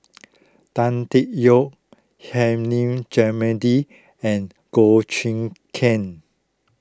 Tan Tee Yoke Hilmi and Goh Choon Kang